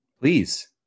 Please